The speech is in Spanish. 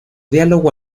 diálogo